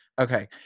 Okay